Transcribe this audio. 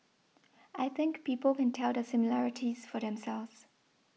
I think people can tell the similarities for themselves